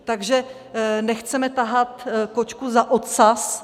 Takže nechceme tahat kočku za ocas.